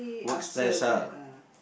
work stress ah